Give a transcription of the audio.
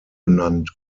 benannt